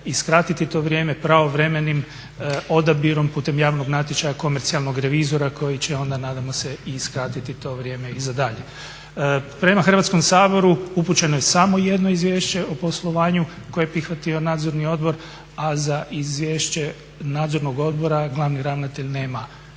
i skratiti to vrijeme pravovremenim odabirom putem javnog natječaja komercijalnog revizora koji će onda nadamo se i skratiti to vrijeme i za dalje. Prema Hrvatskom saboru upućeno je samo jedno izvješće o poslovanju koje je prihvatio Nadzorni odbor, a za izvješće Nadzornog odbora glavni ravnatelj nema